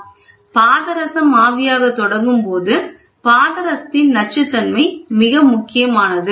2 பாதரசம் ஆவியாகத் தொடங்கும் போது பாதரசத்தின் நச்சுத்தன்மை மிகவும் முக்கியமானது